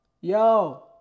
yo